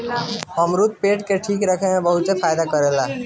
अमरुद पेट के ठीक रखे में बहुते फायदा करेला